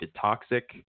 toxic